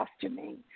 costuming